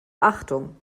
achtung